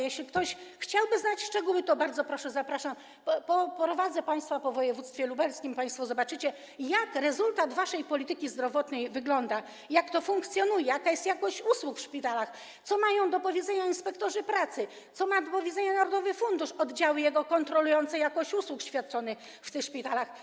Jeśli ktoś chciałby znać szczegóły, to bardzo proszę, zapraszam, oprowadzę państwa po województwie lubelskim i zobaczycie państwo, jak wyglądają rezultaty waszej polityki zdrowotnej, jak to funkcjonuje, jaka jest jakość usług w szpitalach, co mają do powiedzenia inspektorzy pracy, co ma do powiedzenia narodowy fundusz i jego oddziały kontrolujące jakość usług świadczonych w tych szpitalach.